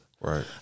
Right